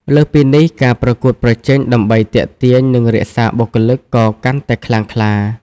លើសពីនេះ ការប្រកួតប្រជែងដើម្បីទាក់ទាញ និងរក្សាបុគ្គលិក ក៏កាន់តែខ្លាំងក្លា។